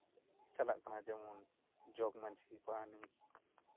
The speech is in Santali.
ᱪᱟᱞᱟᱜ ᱠᱟᱱᱟ ᱡᱮᱢᱚᱱ ᱡᱚᱜᱽᱢᱟᱹᱡᱷᱤ ᱯᱟᱨᱟᱱᱤᱠ